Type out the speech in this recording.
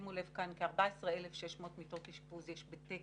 שימו לב, כ-14,600 מיטות אשפוז יש בתקן.